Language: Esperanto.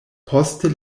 poste